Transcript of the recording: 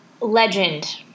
Legend